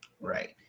Right